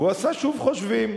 והוא עשה שוב חושבים.